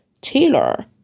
Taylor